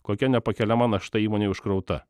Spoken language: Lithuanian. kokia nepakeliama našta įmonei užkrauta